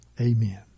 Amen